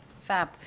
Fab